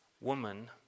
woman